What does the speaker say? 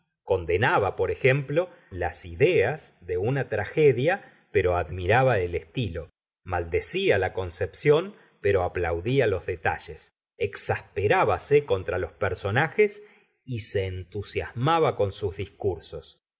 condenaba por ejemplo las ideas de una tragedia pero admiraba el estilo maldecía la concepción pero aplaudía los detalles exasperbase contra los personajes y se entusiasmaba con sus discursos